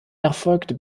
erfolgte